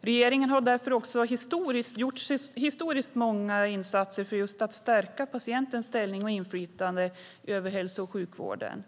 Regeringen har därför också gjort historiskt många insatser för att stärka patientens ställning inom och inflytande över hälso och sjukvården.